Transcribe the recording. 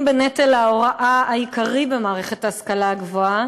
בנטל ההוראה העיקרי במערכת ההשכלה הגבוהה,